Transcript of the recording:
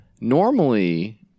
Normally